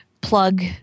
plug